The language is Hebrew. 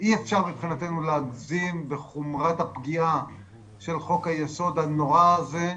אי אפשר מבחינתנו להגזים בחומרת הפגיעה של חוק היסוד הנורא הזה,